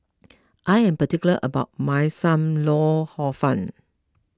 I am particular about my Sam Lau Hor Fun